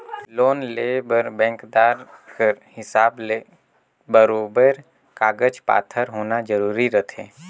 loan लेय बर बेंकदार कर हिसाब ले बरोबेर कागज पाथर होना जरूरी रहथे